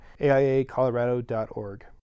aiacolorado.org